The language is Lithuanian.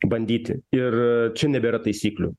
bandyti ir čia nebėra taisyklių